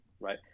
Right